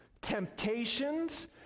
temptations